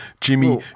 Jimmy